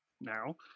now